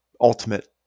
ultimate